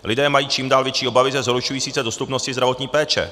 Lidé mají čím dál větší obavy ze zhoršující se dostupnosti zdravotní péče.